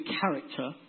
character